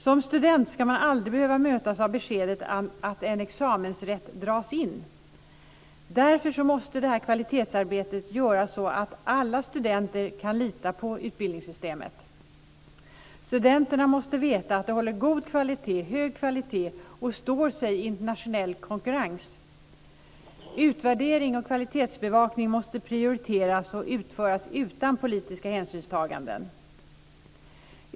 Som student ska man aldrig behöva mötas av beskedet att en examensrätt dras in. Därför måste det här kvalitetsarbetet göras så att alla studenter kan lita på utbildningssystemet. Studenterna måste veta att det håller hög kvalitet och står sig i internationell konkurrens. Utvärdering och kvalitetsbevakning måste prioriteras och utföras utan politiska hänsynstaganden.